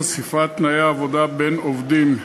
חשיפת תנאי העבודה בין עובדים),